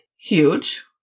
huge